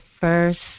first